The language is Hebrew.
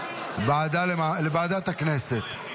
לוועדה למעמד האישה.